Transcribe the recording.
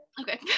Okay